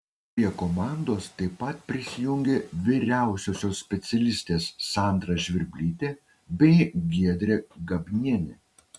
prie komandos taip pat prisijungė vyriausiosios specialistės sandra žvirblytė bei giedrė gabnienė